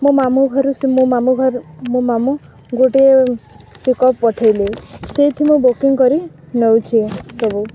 ମୋ ମାମୁଁ ଘରୁ ମୋ ମାମୁଁ ଘର ମୋ ମାମୁଁ ଗୋଟିଏ ପିକଅପ୍ ପଠେଇଲି ସେଇଥି ମୁଁ ବୁକିଂ କରି ନେଉଛି ସବୁ